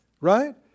Right